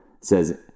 says